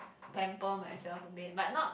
pamper myself a bit but not